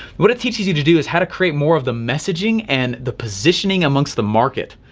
what it teaches you to do is how to create more of the messaging and the positioning amongst the market.